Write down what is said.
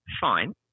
fine